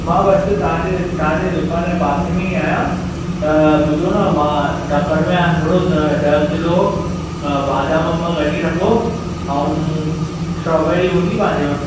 मां बसि तव्हां जे तव्हां जे दुकान जे पासे में ई आहियां त ॿुधो न मां तकड़ि में आहियां थोरो ॾह ॾह किलो अ बादाम अंब कढी रखो ऐं स्ट्राबेरी हूंदी पंहिंजे वटि